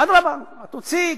אדרבה, תוציא.